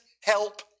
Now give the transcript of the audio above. help